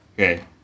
Okay